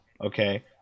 okay